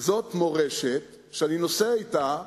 זאת מורשת שאני נוסע אתה,